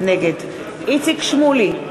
נגד איציק שמולי,